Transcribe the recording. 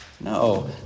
No